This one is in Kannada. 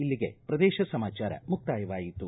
ಇಲ್ಲಿಗೆ ಪ್ರದೇಶ ಸಮಾಚಾರ ಮುಕ್ತಾಯವಾಯಿತು